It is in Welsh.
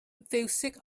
fiwsig